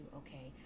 okay